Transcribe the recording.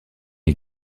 est